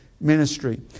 ministry